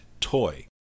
Toy